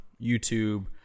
YouTube